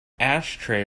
ashtray